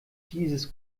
dieses